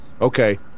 Okay